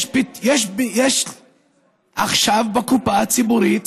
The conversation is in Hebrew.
יש עכשיו בקופה הציבורית